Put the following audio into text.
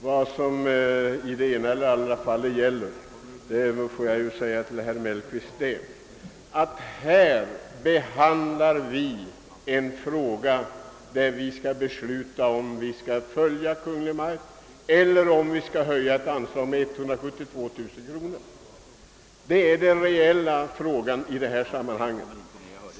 Vi behandlar här ett ärende där vi skall besluta, om vi skall bifalla Kungl. Maj:ts förslag eller höja anslaget med 172 000 kronor. Det är den reella frågan i detta sammanhang.